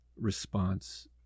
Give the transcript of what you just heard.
response